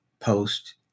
post